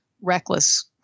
reckless